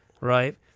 right